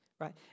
right